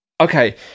Okay